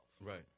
Right